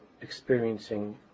experiencing